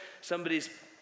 somebody's